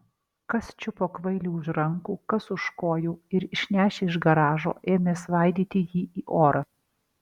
kas čiupo kvailį už rankų kas už kojų ir išnešę iš garažo ėmė svaidyti jį į orą